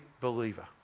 believer